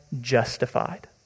justified